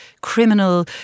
criminal